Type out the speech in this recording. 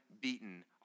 beaten